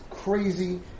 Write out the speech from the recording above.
crazy